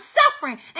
suffering